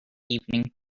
evening